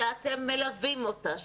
שאתם מלווים אותה,